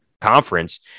conference